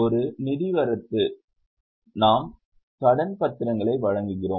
ஒரு நிதி வரத்து நாம் கடன் பத்திரங்களை வழங்குகிறோம்